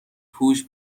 پوش